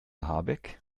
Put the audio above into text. habeck